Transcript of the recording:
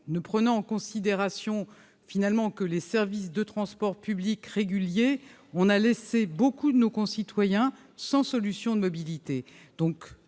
en prenant en considération les seuls services de transport public réguliers, on a laissé beaucoup de nos concitoyens sans solutions de mobilité.